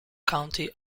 county